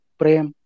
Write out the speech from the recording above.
prem